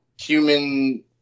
human